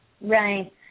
Right